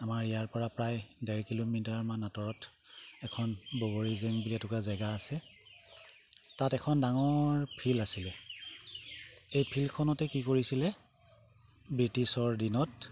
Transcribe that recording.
আমাৰ ইয়াৰপৰা প্ৰায় ডেৰ কিলোমিটাৰমান আঁতৰত এখন বগৰীজেং বুলি এটুকুৰা জেগা আছে তাত এখন ডাঙৰ ফিল্ড আছিলে এই ফিল্ডখনতে কি কৰিছিলে ব্ৰিটিছৰ দিনত